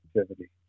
activity